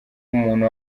umuntu